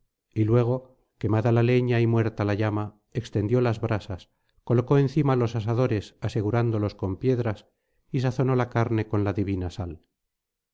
y luego quemada la leña y muerta la llama extendió las brasas colocó encima los asadores asegurándolos con piedras y sazonó la carne con la divina sal